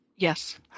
Yes